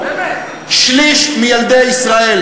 שליש מילדי ישראל,